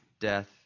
death